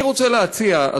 אני רוצה להציע,